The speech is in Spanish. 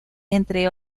entre